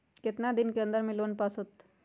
कितना दिन के अन्दर में लोन पास होत?